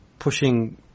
pushing